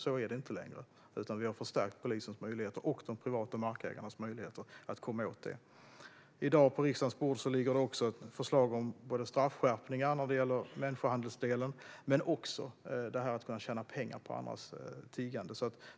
Så är det inte längre, utan vi har förstärkt polisens möjligheter och de privata markägarnas möjligheter att komma åt detta. I dag ligger det på riksdagens bord förslag både om straffskärpningar när det gäller människohandel och när det gäller att vissa människor tjänar pengar på andras tiggande.